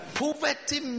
poverty